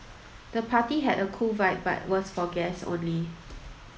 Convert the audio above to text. the party had a cool vibe but was for guests only